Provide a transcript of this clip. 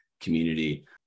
community